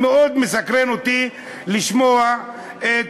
מאוד מסקרן אותי לשמוע את